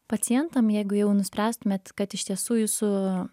pacientam jeigu jau nuspręstumėt kad iš tiesų jūsų